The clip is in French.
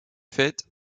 fait